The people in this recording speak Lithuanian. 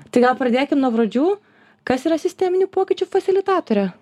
tai gal pradėkim nuo pradžių kas yra sisteminių pokyčių fasilitatorė